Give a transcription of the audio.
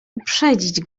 uprzedzić